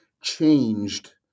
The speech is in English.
changed